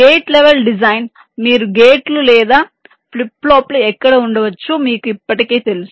gate level design మీకు గేట్లు లేదా ఫ్లిప్ ఫ్లాప్లు ఎక్కడ ఉండవచ్చో మీకు ఇప్పటికే తెలుసు